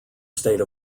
state